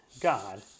God